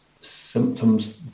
symptoms